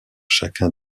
chacun